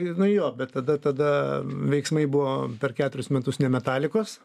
nu jo bet tada tada veiksmai buvo per ketverius metus ne metalikos